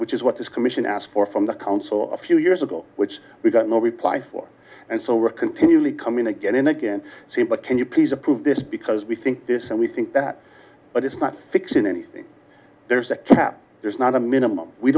which is what this commission asked for from the council a few years ago which we got no reply for and so we're continually come in again and again but can you please approve this because we think this and we think that but it's not fixing anything there's a cap there's not a minimum we